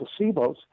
placebos